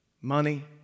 money